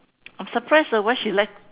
I'm surprised ah why she like